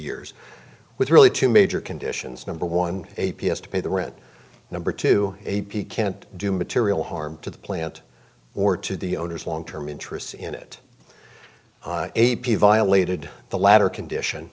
years with really two major conditions number one a p s to pay the rent number two he can't do material harm to the plant or to the owners long term interests in it a p violated the latter condition